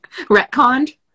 retconned